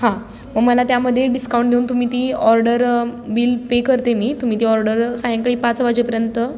हां मला त्यामध्ये डिस्काउंट देऊन तुम्ही ती ऑर्डर बिल पे करते मी तुम्ही ती ऑर्डर सायंकाळी पाच वाजेपर्यंत